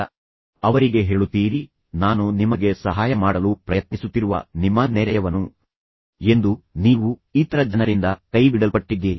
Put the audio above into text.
ಮತ್ತು ನೀವು ಅವರಿಗೆ ಹೇಳುತ್ತೀರಿ ನಾನು ನಿಮಗೆ ಸಹಾಯ ಮಾಡಲು ಪ್ರಯತ್ನಿಸುತ್ತಿರುವ ನಿಮ್ಮ ನೆರೆಯವನು ಎಂದು ಮತ್ತು ನಂತರ ನೀವು ಇತರ ಜನರಿಂದ ಕೈಬಿಡಲ್ಪಟ್ಟಿದ್ದೀರಿ